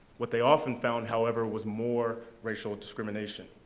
what they often found, however, was more racial discrimination.